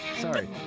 Sorry